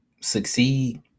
succeed